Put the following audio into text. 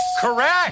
Correct